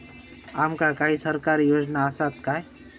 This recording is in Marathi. आमका काही सरकारी योजना आसत काय?